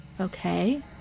Okay